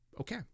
Okay